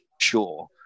sure